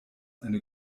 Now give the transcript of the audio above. eine